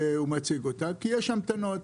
מציג אותה כי יש המתנות.